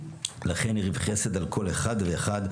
לכן הרעיף חסד על כל אחד ואחד.